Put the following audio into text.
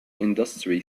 industry